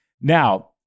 Now